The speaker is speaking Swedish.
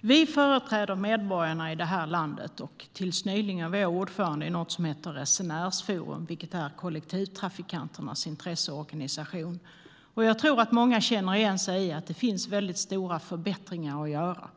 Vi företräder medborgarna i det här landet. Tills nyligen var jag ordförande i något som heter Resenärsforum, kollektivtrafikanternas intresseorganisation. Jag tror att många känner igen sig i att stora förbättringar behöver göras.